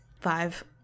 Five